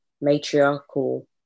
matriarchal